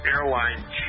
Airline